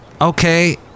Okay